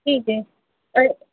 ठीक है